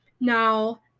Now